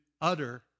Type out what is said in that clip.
utter